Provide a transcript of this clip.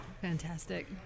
Fantastic